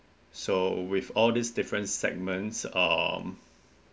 so with all these different segments um